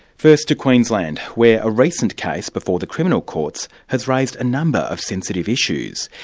first to queensland, where a recent case before the criminal courts has raised a number of sensitive issues,